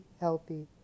healthy